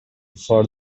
for